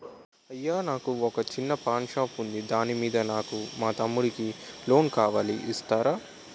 అయ్యా నాకు వొక చిన్న పాన్ షాప్ ఉంది దాని మీద నాకు మా తమ్ముడి కి లోన్ కావాలి ఇస్తారా?